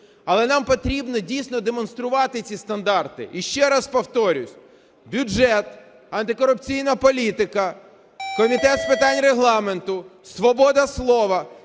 Але нам потрібно, дійсно, демонструвати ці стандарти. І, ще раз повторюсь, бюджет, антикорупційна політика, Комітет з питань Регламенту, свобода слова